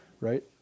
Right